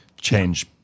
change